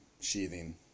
sheathing